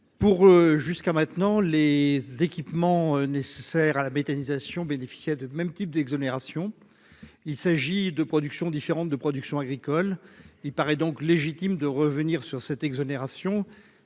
pour jusqu'à maintenant, les équipements nécessaires à la méthanisation bénéficiaient de même type d'exonération, il s'agit de production différentes de production agricole, il paraît donc légitime de revenir sur cette exonération,